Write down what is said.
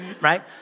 right